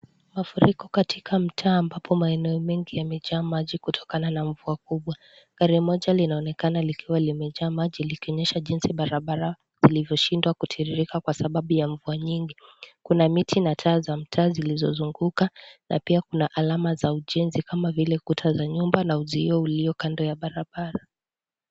Mafuriko katika mtaa ambapo maeneo mengi yamejaa maji kutokana na mvua kubwa ,gari moja linaonekana likiwa limejaa maji likionyesha jinsi barabara imeshindwa kutiririka kwa sababu ya mvua nyingi kuna miti na taa za mitaa zilizozunguka na pia kuna alama za ujenzi kama vile kuta za nyumba na uzio ulio kando ya barabara.